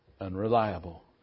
unreliable